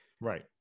right